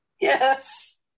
Yes